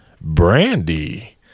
brandy